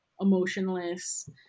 emotionless